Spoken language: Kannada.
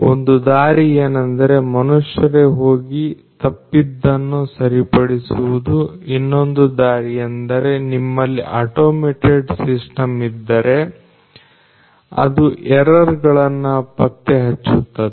ಒಂದು ದಾರಿ ಏನೆಂದರೆ ಮನುಷ್ಯರೇ ಹೋಗಿ ತಪ್ಪಿದ್ದನ್ನು ಸರಿಪಡಿಸುವುದು ಇನ್ನೊಂದು ದಾರಿಯೆಂದರೆ ನಿಮ್ಮಲ್ಲಿ ಆಟೋಮೇಟೆಡ್ ಸಿಸ್ಟಮ್ ಇದ್ದರೆ ಅದು ಎರರ್ ಗಳನ್ನ ಪತ್ತೆ ಹಚ್ಚುತ್ತದೆ